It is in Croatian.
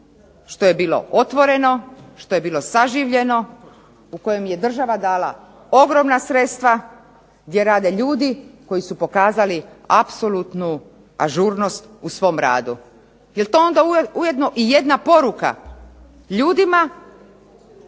što je bilo otvoreno, što je bilo saživljeno, u kojem je država dala ogromna sredstva, gdje rade ljudi koji su pokazali apsolutnu ažurnost u svom radu. Jel to onda ujedno i jedna poruka ljudima